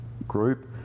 group